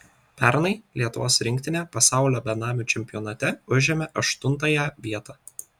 pernai lietuvos rinktinė pasaulio benamių čempionate užėmė aštuntąją vietą